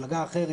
למפלגה אחרת,